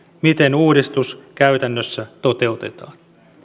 miten uudistus käytännössä toteutetaan